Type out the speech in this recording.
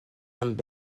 amb